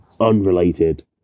unrelated